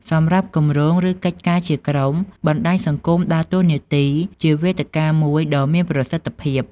សម្រាប់គម្រោង ឬកិច្ចការជាក្រុម បណ្ដាញសង្គមដើរតួនាទីជាវេទិកាមួយដ៏មានប្រសិទ្ធភាព។